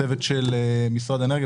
צוות של משרד האנרגיה.